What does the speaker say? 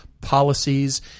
policies